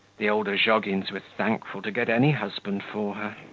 the old ozhogins were thankful to get any husband for her.